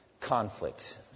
conflict